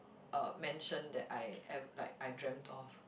uh mansion that I ev~ like I dreamt of